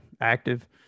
active